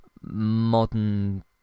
modern